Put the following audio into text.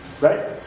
Right